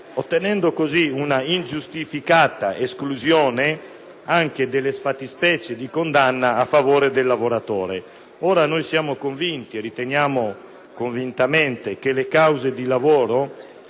ottenendo cosı una ingiustificata esclusione delle fattispecie di condanna a favore del lavoratore. Noi siamo convinti e riteniamo convintamente che le cause di lavoro